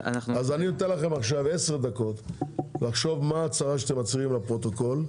אני אתן לכם עשר דקות לחשוב מה ההצעה שאתם מציעים לפרוטוקול.